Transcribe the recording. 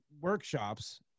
workshops